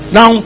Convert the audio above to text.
Now